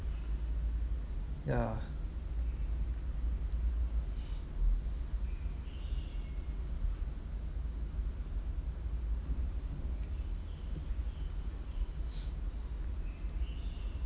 ya